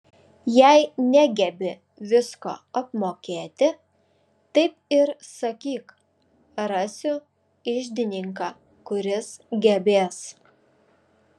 jei negebi visko apmokėti taip ir sakyk rasiu iždininką kuris gebės